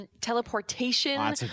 teleportation